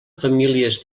famílies